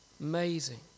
Amazing